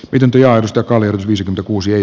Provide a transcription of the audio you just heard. pidempi ja isto kallio viisi kuusi eli